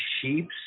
sheeps